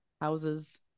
houses